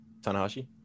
tanahashi